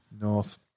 North